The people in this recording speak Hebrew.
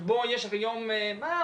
שבו יש היום, מה?